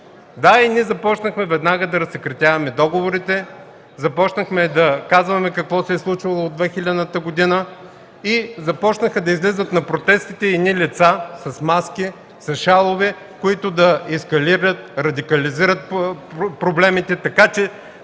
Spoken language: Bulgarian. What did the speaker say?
Да, и ние започнахме веднага да разсекретяваме договорите, започнахме да казваме какво се е случило от 2000-та година и започнаха да излизат на протестите едни лица с маски, с шалове, които да ескалират, радикализират проблемите, така че